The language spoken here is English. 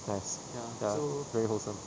yes ya pretty wholesome